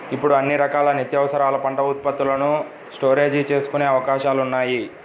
ఇప్పుడు అన్ని రకాల నిత్యావసరాల పంట ఉత్పత్తులను స్టోరేజీ చేసుకునే అవకాశాలున్నాయి